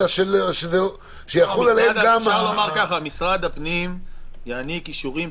אלא שיחול גם עליהם --- אפשר לומר ככה: משרד הפנים יעניק אישורים,